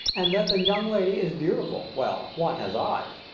and that the young lady is beautiful well, one has eyes!